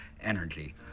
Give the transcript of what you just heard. energy